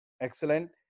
excellent